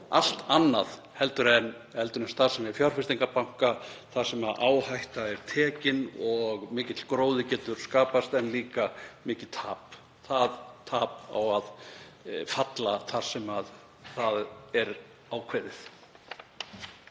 allt annað heldur en starfsemi fjárfestingarbanka þar sem áhætta er tekin og mikill gróði getur skapast en líka mikið tap. Það tap á að falla þar sem það er ákveðið.